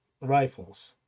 rifles